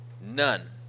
None